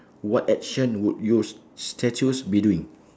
what action would your s~ statues be doing